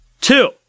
two